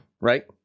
right